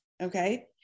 okay